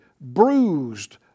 bruised